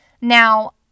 Now